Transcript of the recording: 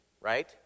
right